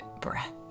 breath